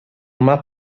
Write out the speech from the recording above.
más